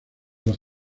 los